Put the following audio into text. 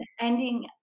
ending